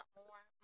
more